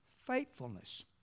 faithfulness